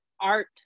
art